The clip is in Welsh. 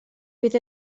bydd